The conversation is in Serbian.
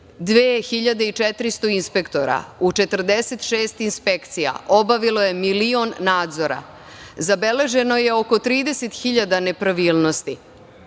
2400 inspektora u 46 inspekcija obavilo je milion nadzora, zabeleženo je oko 30 hiljada nepravilnosti,